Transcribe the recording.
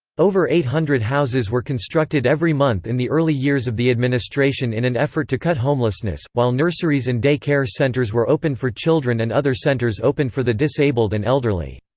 over eight hundred houses were constructed every month in the early years of the administration in an effort to cut homelessness, while nurseries and day-care centers were opened for children and other centers opened for the disabled and elderly.